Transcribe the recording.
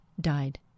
died